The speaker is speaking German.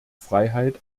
freiheit